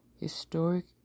historic